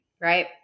right